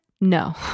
No